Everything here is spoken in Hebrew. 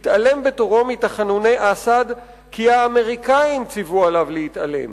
התעלם בתורו מתחנוני אסד כי האמריקאים ציוו עליו להתעלם.